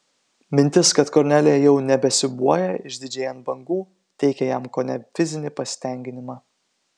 mintis kad kornelija jau nebesiūbuoja išdidžiai ant bangų teikė jam kone fizinį pasitenkinimą